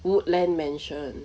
woodland mansion